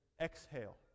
exhale